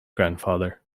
grandfather